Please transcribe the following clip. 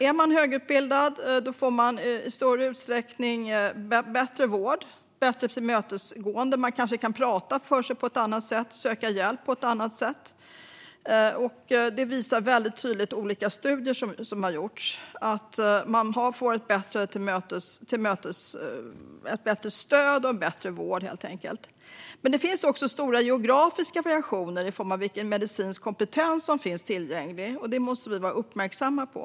Är man högutbildad får man i större utsträckning bättre vård och bättre tillmötesgående. Kanske kan man också prata för sig på ett annat sätt och söka hjälp på ett annat sätt. Olika studier som har gjorts visar väldigt tydligt att man får bättre stöd och bättre vård. Det finns också stora geografiska variationer i form av vilken medicinsk kompetens som finns tillgänglig, och detta måste vi vara uppmärksamma på.